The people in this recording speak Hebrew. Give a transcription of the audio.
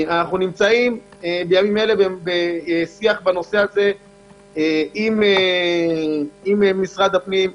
אנחנו נמצאים בימים אלה בשיח בנושא הזה עם משרד הפנים,